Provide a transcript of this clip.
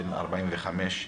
בן 45,